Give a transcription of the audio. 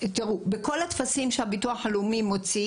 בכל הטפסים והמכתבים שהביטוח הלאומי מוציא